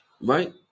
right